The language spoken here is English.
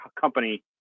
company